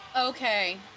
Okay